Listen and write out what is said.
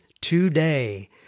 today